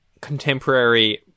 contemporary